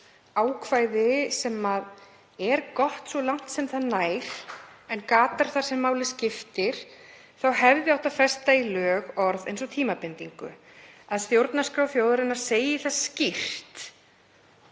ákvæði sem er gott svo langt sem það nær en gatar það sem máli skiptir þá hefði átt að festa í lög orð eins og tímabindingu, að stjórnarskrá þjóðarinnar segi það skýrt